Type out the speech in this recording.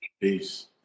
peace